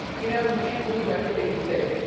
you know, you can't believe everything you see.